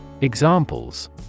Examples